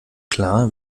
klar